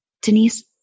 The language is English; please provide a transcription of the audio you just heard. Denise